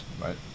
right